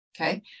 Okay